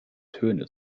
töne